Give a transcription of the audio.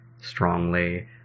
strongly